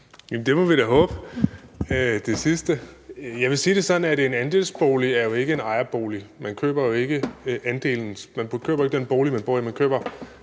må vi da håbe. Jeg vil sige det sådan, at en andelsbolig jo ikke er en ejerbolig. Man køber jo ikke den bolig, man bor i;